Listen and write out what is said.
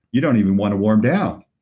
you don't even want a warm down.